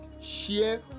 share